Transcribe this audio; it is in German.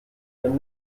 ihren